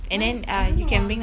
why I don't know ah